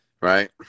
Right